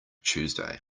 tuesday